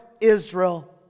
Israel